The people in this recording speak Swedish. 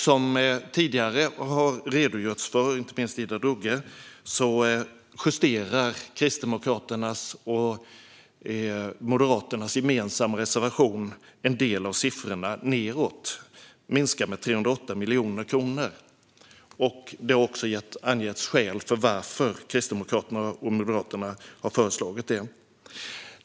Som tidigare har redogjorts för, inte minst av Ida Drougge, justerar Kristdemokraternas och Moderaternas gemensamma reservation en del av siffrorna nedåt; minskningen är 308 miljoner kronor. Det har också angetts skäl till att Kristdemokraterna och Moderaterna har föreslagit detta.